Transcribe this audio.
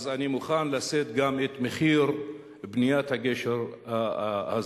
אז אני מוכן לשאת גם את מחיר בניית הגשר הזה.